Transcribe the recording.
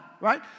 right